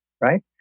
right